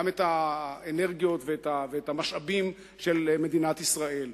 גם את האנרגיות וגם את המשאבים של מדינת ישראל.